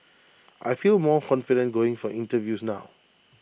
I feel more confident going for interviews now